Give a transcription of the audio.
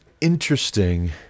interesting